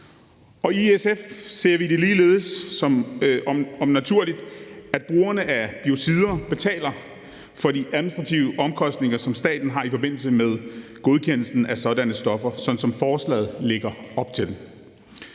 i SF ser vi det ligeledes som naturligt, at brugerne af biocider betaler for de administrative omkostninger, som staten har i forbindelse med godkendelsen af sådanne stoffer, sådan som forslaget også lægger op til.